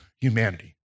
humanity